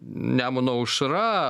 nemuno aušra